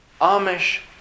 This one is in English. Amish